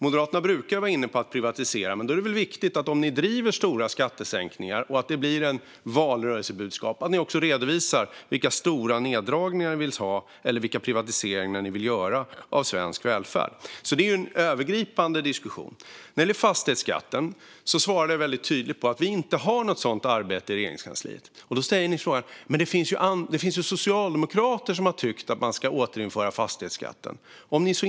Moderaterna brukar vara inne på att privatisera, och då är det viktigt om ni driver stora skattesänkningar i valrörelsen att ni redovisar vilka stora neddragningar ni vill se eller vilka privatiseringar ni vill göra i svensk välfärd. Detta är en övergripande diskussion. När det gäller fastighetsskatten svarade jag tydligt att det inte pågår något sådant arbete i Regeringskansliet. Då säger ni: Men det finns ju socialdemokrater som vill återinföra fastighetsskatten.